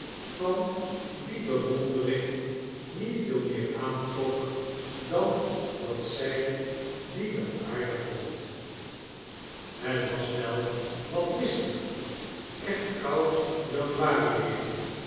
van die bewondering niet veei meer aantrok dan dat zij die wel aardig vond het was wel wat mistig echt koud januari-weer maar